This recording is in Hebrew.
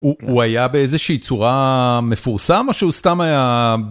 הוא היה באיזושהי צורה מפורסם או שהוא סתם היה.